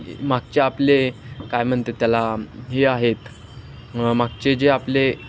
मागचे आपले काय म्हणतात त्याला जे आहेत मागचे जे आपले